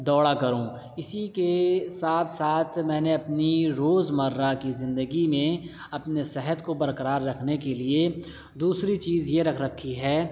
دوڑا کروں اسی کے ساتھ ساتھ میں نے اپنی روزمرہ کی زندگی میں اپنے صحت کو برقرار رکھنے کے لیے دوسری چیز یہ رکھ رکھی ہے